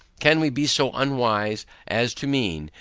can we be so unwise as to mean,